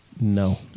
No